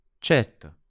Certo